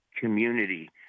community